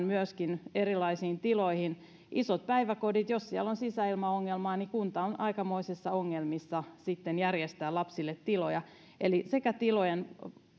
myöskin erilaisiin tiloihin jos isossa päiväkodissa on sisäilmaongelmaa niin kunta on aikamoisissa ongelmissa sitten järjestää lapsille tiloja eli sekä tilojen